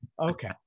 Okay